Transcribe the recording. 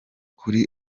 kuri